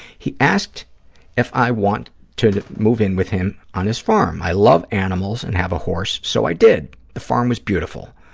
he asked if i wanted to move in with him on his farm. i love animals and have a horse, so i did. the farm was beautiful.